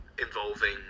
involving